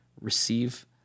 receive